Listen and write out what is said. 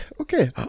okay